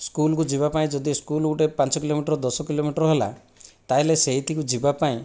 ସ୍କୁଲକୁ ଯିବାପାଇଁ ଯଦି ସ୍କୁଲ ଗୋଟିଏ ପାଞ୍ଚ କିଲୋମିଟର ଦଶ କିଲୋମିଟର ହେଲା ତା'ହେଲେ ସେଇଠିକୁ ଯିବାପାଇଁ